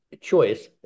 choice